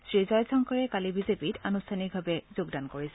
শ্ৰী জয়শংকৰে কালি বিজেপিত আনুষ্ঠানিকভাৱে যোগদান কৰিছিল